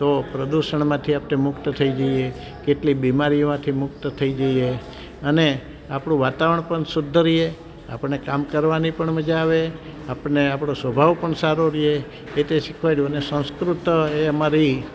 તો પ્રદૂષણમાંથી આપળે મુક્ત થઈ જઈએ કેટલી બીમારીઓ માંથી મુક્ત થઈ જઈએ અને આપણું વાતાવરણ પણ શુદ્ધ રહે આપણને કામ કરવાની પણ મજા આવે આપણને આપણો સ્વભાવ પણ સારો રહે એ રીતે શિખવાડ્યું અને સંસ્કૃત એ અમારી